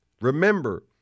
Remember